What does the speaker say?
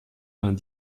vingt